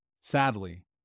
Sadly